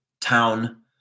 town